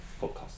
podcast